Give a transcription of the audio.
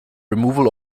removal